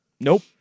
Nope